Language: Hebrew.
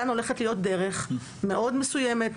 כאן הולכת להיות דרך מאוד מסוימת,